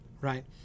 right